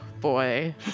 boy